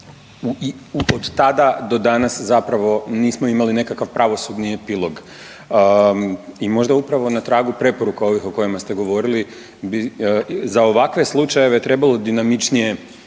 od tada do danas zapravo nismo imali nekakav pravosudni epilog. I možda upravo na tragu preporuka ovih o kojima ste govorili za ovakve slučajeve trebalo dinamičnije